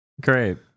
Great